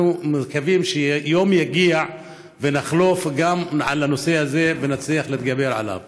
אנחנו מקווים שיום יגיע ויחלוף גם הנושא הזה ונצליח להתגבר עליו.